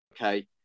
okay